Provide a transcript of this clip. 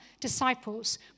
disciples